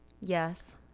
Yes